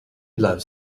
loves